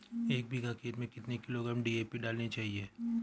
एक बीघा खेत में कितनी किलोग्राम डी.ए.पी डालनी चाहिए?